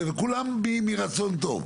וכולם מרצון טוב.